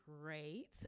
great